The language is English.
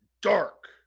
dark